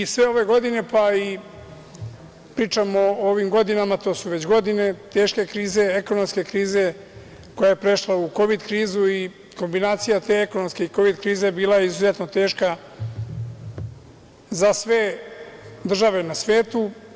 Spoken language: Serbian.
Sve ove godine, pa pričam i o ovim godinama, to su već godine teške krize, ekonomske krize koja je prešla u kovid krizu i kombinacija te ekonomske i kovid krize bila je izuzetno teška za sve države na svetu.